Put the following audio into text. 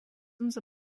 unser